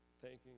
thanking